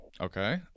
Okay